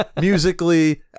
Musically